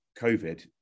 COVID